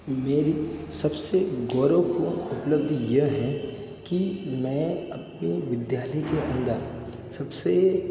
मेरी सबसे गौरवपूर्ण उपलब्धि यह है कि मैं अपनी विद्यालय के अंदर सबसे